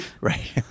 Right